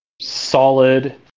Solid